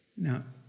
now,